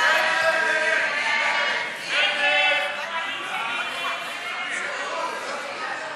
התשע"ה 2015, לא נתקבלה.